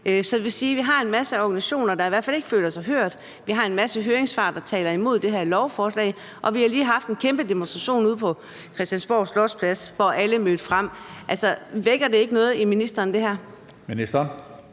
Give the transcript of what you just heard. Så det vil sige, at vi har en masse organisationer, der i hvert fald ikke føler sig hørt; vi har en masse høringssvar, der taler imod det her lovforslag; og vi har lige haft en kæmpe demonstration ude på Christiansborg Slotsplads, hvor alle mødte frem. Altså, vækker det her ikke noget i ministeren?